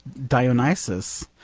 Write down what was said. dionysus,